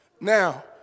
Now